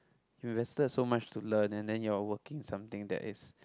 you invested so much to learn and then you are working something that is